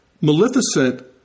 Maleficent